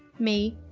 me,